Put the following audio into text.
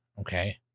Okay